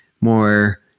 more